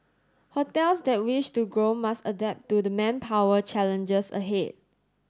hotels that wish to grow must adapt to the manpower challenges ahead